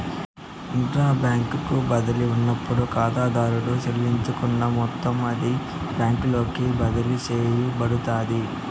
intra bank బదిలీ ఉన్నప్పుడు కాతాదారుడు సెల్లించాలనుకున్న మొత్తం అదే బ్యాంకులోకి బదిలీ సేయబడతాది